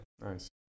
Nice